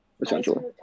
essentially